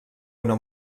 una